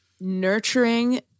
nurturing